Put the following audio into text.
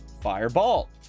fireball